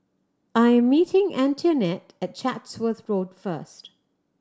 I'm meeting Antionette at Chatsworth Road first